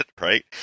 right